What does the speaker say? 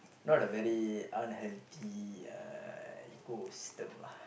not a very unhealthy ecosystem lah